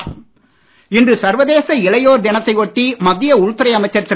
அமித்ஷா இன்று சர்வதேச இளையோர் தினத்தை ஒட்டி மத்திய உள்துறை அமைச்சர் திரு